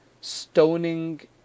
stoning